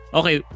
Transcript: okay